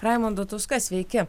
raimundu tūska sveiki